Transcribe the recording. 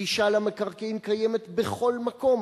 גישה למקרקעין קיימת בכל מקום,